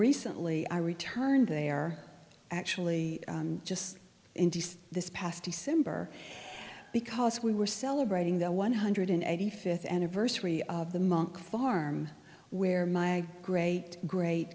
recently i returned there actually just this past december because we were celebrating the one hundred eighty fifth anniversary of the monk farm where my great great